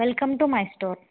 welcome to my store